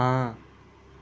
ਹਾਂ